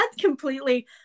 completely